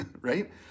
right